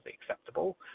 acceptable